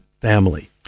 family